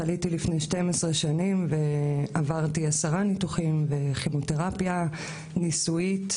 חליתי לפני 12 שנים ועברתי עשרה ניתוחים וכימותרפיה ניסויית,